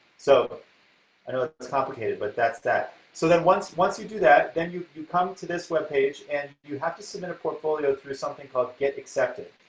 so i know it's complicated, but that's that. so then once once you do that then you you come to this webpage and you have to submit a portfolio through something called get accepted.